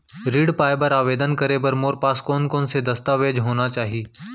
ऋण पाय बर आवेदन करे बर मोर पास कोन कोन से दस्तावेज होना चाही?